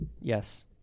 Yes